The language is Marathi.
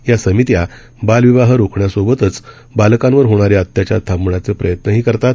या समित्या बालविवाह रोखण्यासोबतच बालकांवर होणारे अत्याचार थांबवण्याचे प्रयत्नही करतात